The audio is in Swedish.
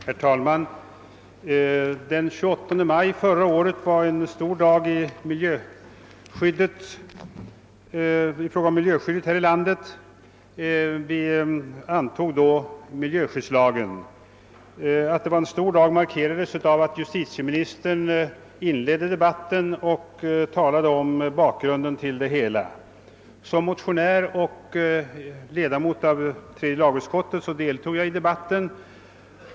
Herr talman! Den 28 maj förra året var en stor dag för miljöskyddet här i landet. Vi antog då miljöskyddslagen. Att det var en stor dag markerades också av att justitieministern inledde debatten och talade om bakgrunden till lagen. Som motionär och ledamot av tredje lagutskottet deltog jag i debatten.